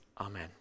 Amen